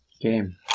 game